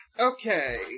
Okay